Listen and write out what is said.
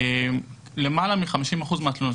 למעלה מ-50% מהתלונות,